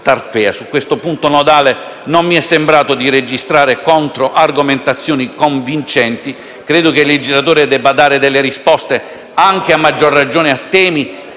Su questo punto nodale non mi è sembrato di registrare contro argomentazioni convincenti. Credo che il legislatore debba dare risposte, anche a maggior ragione, a temi